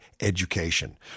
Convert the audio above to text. education